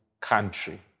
country